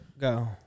Go